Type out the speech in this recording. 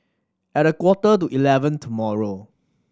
at a quarter to eleven tomorrow